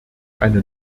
eine